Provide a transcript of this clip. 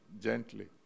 gently